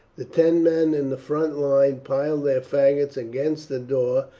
the ten men in the front line piled their faggots against the door,